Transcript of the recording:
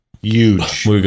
Huge